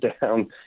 down